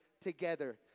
together